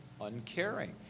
uncaring